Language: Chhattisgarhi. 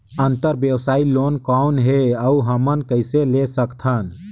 अंतरव्यवसायी लोन कौन हे? अउ हमन कइसे ले सकथन?